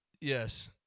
Yes